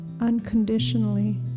unconditionally